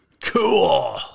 Cool